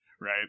right